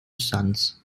sons